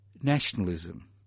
nationalism